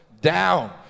down